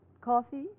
Coffee